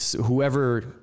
whoever